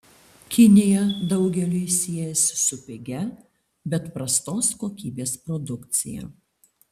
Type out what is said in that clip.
kinija daugeliui siejasi su pigia bet prastos kokybės produkcija